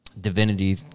divinity